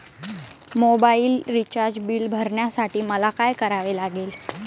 Mobile recharge bill भरण्यासाठी मला काय करावे लागेल?